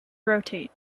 rotate